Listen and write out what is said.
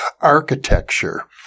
architecture